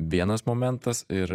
vienas momentas ir